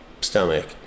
stomach